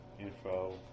info